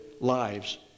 lives